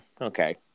okay